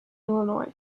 illinois